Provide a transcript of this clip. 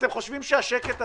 אתם חושבים שהשקט הזה,